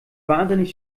wahnsinnig